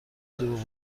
دروغ